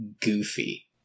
goofy